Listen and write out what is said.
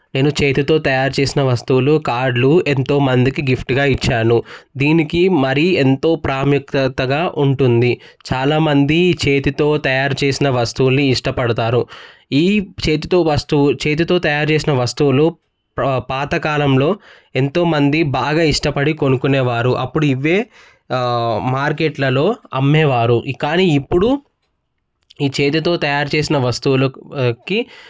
నేను చేతితో తయారు చేసిన వస్తువులు కార్డులు ఎంతో మందికి గిఫ్ట్గా ఇచ్చాను దీనికి మరీ ఎంతో ప్రాముఖ్యతగా ఉంటుంది చాలామంది చేతితో తయారుచేసిన వస్తువులను ఇష్టపడతారు ఈ చేతితో వస్తు వస్తువు చేతితో తయారు చేసిన వస్తువులు పాతకాలంలో ఎంతోమంది బాగా ఇష్టపడి కొనుక్కునేవారు అప్పుడు ఇవే మార్కెట్లలో అమ్మేవారు కానీ ఇప్పుడు ఈ చేతితో తయారు చేసిన వస్తువులకి